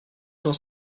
tend